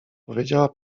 powiedziała